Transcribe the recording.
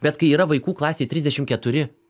bet kai yra vaikų klasėj trisdešim keturi